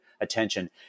Attention